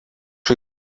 kai